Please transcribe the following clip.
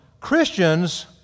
Christians